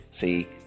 See